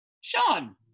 Sean